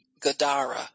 Gadara